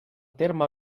terme